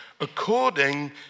according